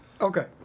Okay